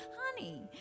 honey